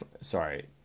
Sorry